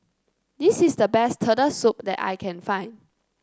this is the best Turtle Soup that I can find